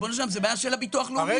ריבונו של עולם, זו בעיה של הביטוח הלאומי.